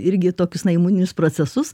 irgi tokius na imuninius procesus